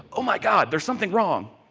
oh my god, there is something wrong.